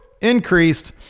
increased